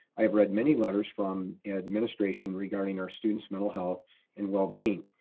i have read many letters from administration regarding our students' mental health and wellbeing.